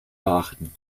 beachten